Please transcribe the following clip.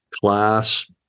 class